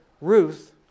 Ruth